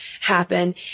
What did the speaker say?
happen